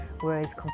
Whereas